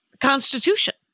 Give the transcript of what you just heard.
constitution